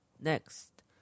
Next